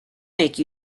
make